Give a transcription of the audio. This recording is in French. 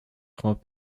grand